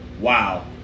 Wow